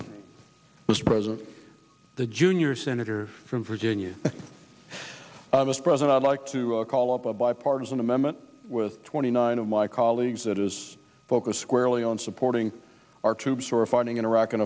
mr president the junior senator from virginia this present i'd like to call up a bipartisan amendment with twenty nine of my colleagues that is focused squarely on supporting our troops who are fighting in iraq and